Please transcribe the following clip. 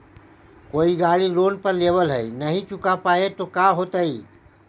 कोई गाड़ी लोन पर लेबल है नही चुका पाए तो का होतई?